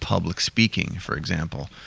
public speaking, for example.